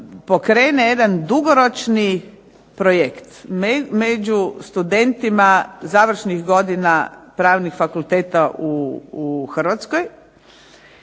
pokrene jedan dugoročni projekt među studentima završnih godina pravnih fakulteta u Hrvatskoj